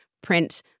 print